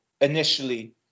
initially